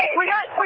we got